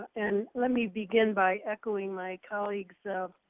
and let me begin by echoing my colleagues,